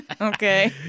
Okay